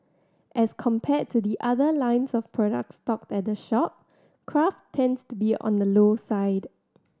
as compared to the other lines of products stocked at the shop craft tends to be on the low side